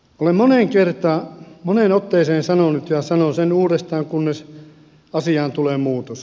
olen moneen otteeseen sanonut ja sanon sen uudestaan kunnes asiaan tulee muutos